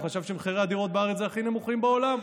הוא חשב שמחירי הדירות בארץ הכי נמוכים בעולם.